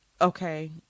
okay